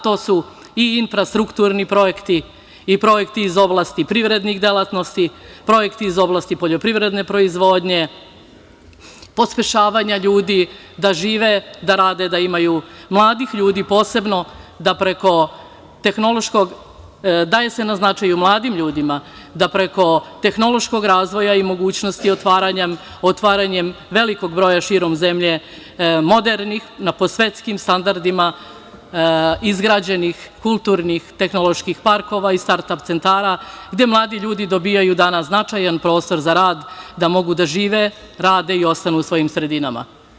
To su i infrastrukturni projekti, projekti iz oblasti privrednih delatnosti, projekti iz oblasti poljoprivredne proizvodnje, pospešivanja ljudi da žive, da rade, da imaju, mladih ljudi posebno, daje se na značaju mladim ljudima da preko tehnološkog razvoja i mogućnosti otvaranja velikog broja širom zemlje modernih, po svetskim standardima, izgrađenih kulturnih tehnoloških parkova i start ap centara, gde mladi ljudi dobijaju značajan prostor za rad, da mogu da žive, rade i ostanu u svojim sredinama.